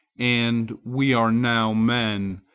and we are now men,